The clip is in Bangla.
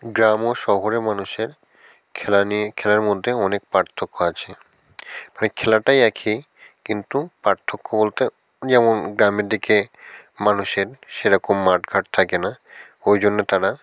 গ্রাম ও শহরে মানুষের খেলা নিয়ে খেলার মধ্যে অনেক পার্থক্য আছে মানে খেলাটা একই কিন্তু পার্থক্য বলতে যেমন গ্রামের দিকে মানুষের সেরকম মাঠ ঘাট থাকে না ওই জন্য তারা